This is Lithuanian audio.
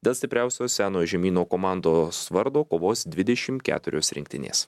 dėl stipriausio senojo žemyno komandos vardo kovos dvidešim keturios rinktinės